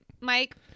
mike